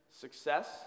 success